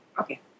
Okay